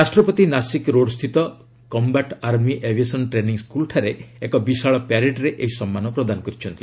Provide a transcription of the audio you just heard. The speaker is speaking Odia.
ରାଷ୍ଟ୍ରପତି ନାଶିକ୍ ରୋଡ୍ସ୍ଥିତ କମ୍ବାଟ୍ ଆର୍ମି ଆଭିଏସନ୍ ଟ୍ରେନିଂ ସ୍କୁଲ୍ଠାରେ ଏକ ବିଶାଳ ପ୍ୟାରେଡ୍ରେ ଏହି ସମ୍ମାନ ପ୍ରଦାନ କରିଛନ୍ତି